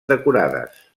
decorades